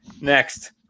Next